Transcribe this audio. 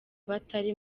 batari